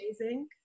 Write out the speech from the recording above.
amazing